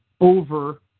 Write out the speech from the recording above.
over